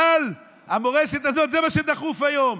אבל המורשת הזאת, זה מה שדחוף היום,